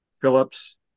Phillips